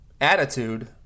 attitude